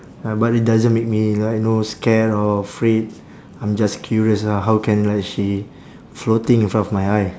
ya but it doesn't make me like you know scared or afraid I'm just curious ah how can like she floating in front of my eye